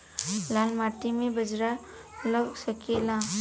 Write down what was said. लाल माटी मे बाजरा लग सकेला?